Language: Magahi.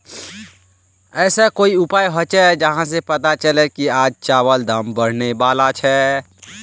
ऐसा कोई उपाय होचे जहा से पता चले की आज चावल दाम बढ़ने बला छे?